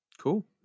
Cool